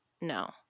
no